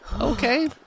Okay